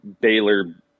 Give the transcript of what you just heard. Baylor